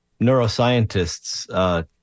Neuroscientists